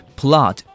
plot